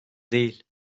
değil